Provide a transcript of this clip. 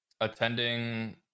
Attending